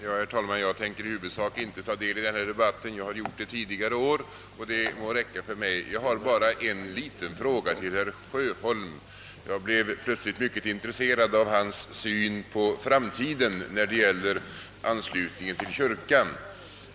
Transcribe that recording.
Herr talman! Jag tänker i huvudsak inte ta del i denna debatt; jag har gjort det tidigare i år, och det må räcka för mig. Jag har bara en liten fråga att ställa till herr Sjöholm, eftersom jag plötsligt blev mycket intresserad av hans syn på framtiden när det gäller anslutningen till kyrkan.